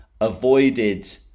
avoided